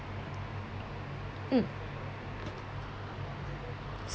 mm